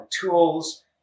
tools